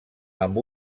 amb